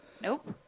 Nope